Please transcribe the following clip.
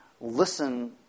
listen